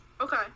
Okay